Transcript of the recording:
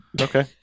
Okay